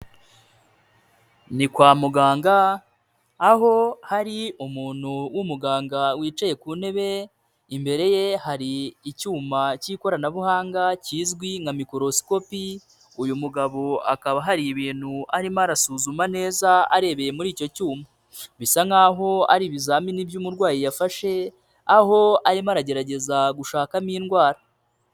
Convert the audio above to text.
Ni kwa muganga aho hari umuntu w'umuganga wicaye ku ntebe, imbere ye hari icyuma k'ikoranabuhanga kizwi nka mikorosikopi uyu mugabo akaba hari ibintu arimo arasuzuma neza arebeye muri icyo cyuma, bisa nkaho ari ibizamini by'umurwayi yafashe, aho arimo aragerageza gushakamo indwara.